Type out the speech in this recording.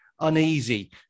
uneasy